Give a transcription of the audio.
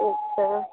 अच्छा